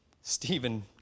Stephen